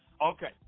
Okay